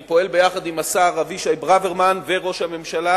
אני פועל ביחד עם השר אבישי ברוורמן וראש הממשלה